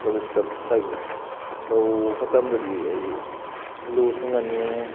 ꯂꯧꯕꯨꯛꯇ ꯂꯧ ꯃꯇꯝꯗꯗꯤ ꯑꯩ ꯂꯨ ꯊꯨꯝꯒꯅꯤ